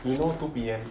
you know two P_M